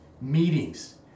meetings